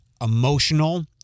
emotional